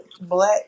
Black